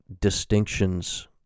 distinctions